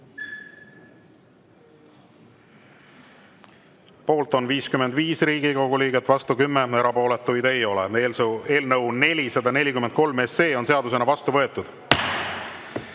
Poolt on 55 Riigikogu liiget, vastu 10, erapooletuid ei ole. Eelnõu 443 on seadusena vastu võetud.